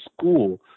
school